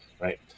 right